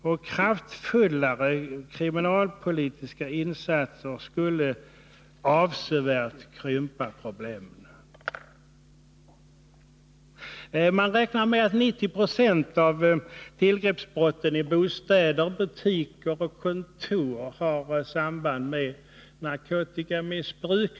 Och kraftfullare kriminalpolitiska insatser skulle avsevärt krympa problemen. Man räknar med att 90 96 av tillgreppsbrotten i bostäder, butiker och kontor har samband med narkotikamissbruk.